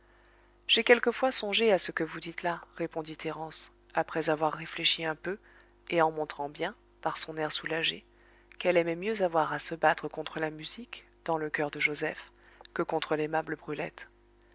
j'ai quelquefois songé à ce que vous dites là répondit thérence après avoir réfléchi un peu et en montrant bien par son air soulagé qu'elle aimait mieux avoir à se battre contre la musique dans le coeur de joseph que contre